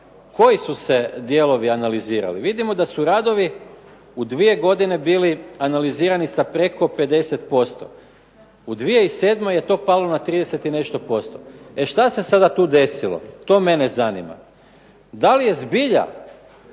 koji su se dijelovi analizirali, vidimo da su radovi u dvije godine bili analizirani sa preko 50%, u 2007. je to palo na 30 i nešto posto. E šta se sada tu desilo, to mene zanima. Da li je zbilja